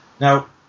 Now